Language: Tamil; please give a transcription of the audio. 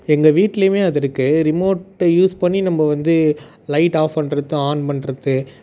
எங்கள் வீட்லையுமே அது இருக்கு ரிமோட்டை யூஸ் பண்ணி நம்ப வந்து லைட் ஆஃப் பண்ணுறது ஆன் பண்ணுறது